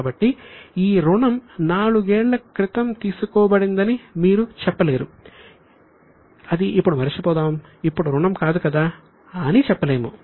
కాబట్టి ఈ రుణం నాలుగేళ్ల క్రితం తీసుకోబడిందని మీరు చెప్పలేరు అది ఇప్పుడు మరచిపోతాం ఇప్పటి రుణం కాదు కదా అని చెప్పలేము